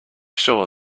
sure